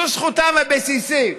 זו זכותם הבסיסית.